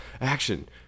action